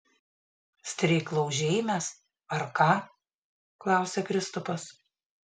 streiklaužiai mes ar ką klausia kristupas